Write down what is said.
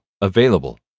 Available